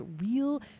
real